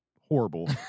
horrible